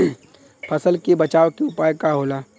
फसल के बचाव के उपाय का होला?